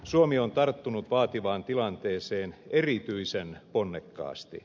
suomi on tarttunut vaativaan tilanteeseen erityisen ponnekkaasti